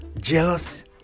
jealous